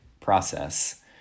process